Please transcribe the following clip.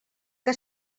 que